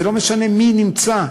זה לא משנה מי נמצא,